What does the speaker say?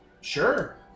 Sure